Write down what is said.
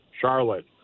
Charlotte